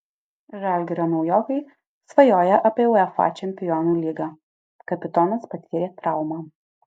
žalgirio naujokai svajoja apie uefa čempionų lygą kapitonas patyrė traumą